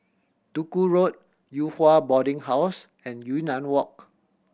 Duku Road Yew Hua Boarding House and Yunnan Walk